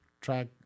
track